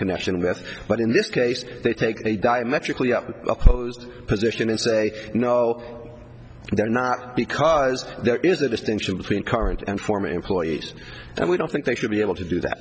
connection with what in this case they take a diametrically opposed position and say no they're not because there is a distinction between current and former employees and we don't think they should be able to do that